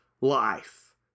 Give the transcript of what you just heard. life